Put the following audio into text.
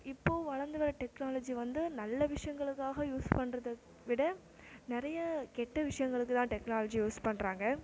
இப்போ வளர்ந்து வர டெக்னாலஜி வந்து நல்ல விஷயங்களுக்காக யூஸ் பண்றதை விட நிறைய கெட்ட விஷயங்களுக்கு தான் டெக்னாலஜி யூஸ் பண்றாங்க